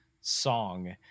song